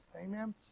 Amen